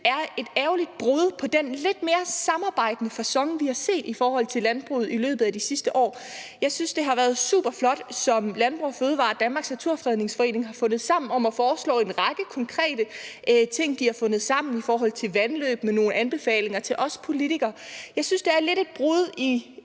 et lidt ærgerligt brud på den lidt mere samarbejdende facon, vi har set i forhold til landbruget i løbet af de sidste år. Jeg synes, det har været super flot, som Landbrug & Fødevarer og Danmarks Naturfredningsforening har fundet sammen om at foreslå en række konkrete ting. De har fundet sammen i forhold til vandløbe med nogle anbefalinger til os politikere. Jeg synes, det er lidt et brud